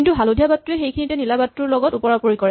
কিন্তু হালধীয়া বাটটোৱে সেইখিনিতে নীলা বাটটোৰ লগত ওপৰা ওপৰি কৰে